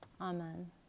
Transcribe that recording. Amen